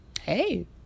Hey